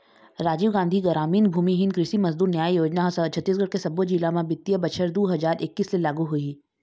राजीव गांधी गरामीन भूमिहीन कृषि मजदूर न्याय योजना ह छत्तीसगढ़ के सब्बो जिला म बित्तीय बछर दू हजार एक्कीस ले लागू होही